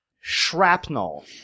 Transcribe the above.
Shrapnel